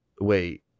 wait